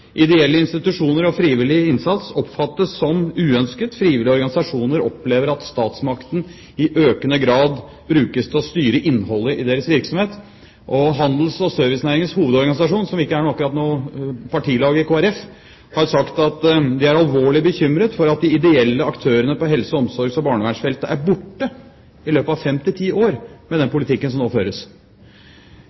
Ideelle institusjoner og frivillig innsats oppfattes som uønsket. Frivillige organisasjoner opplever at statsmakten i økende grad brukes til å styre innholdet i deres virksomhet, og HSH, hovedorganisasjonen for handel og tjenester, som ikke akkurat er noe partilag i Kristelig Folkeparti, har sagt at de er alvorlig bekymret for at de ideelle aktørene på helse-, omsorgs- og barnevernsfeltet er borte i løpet av fem–ti år med den politikken som nå føres.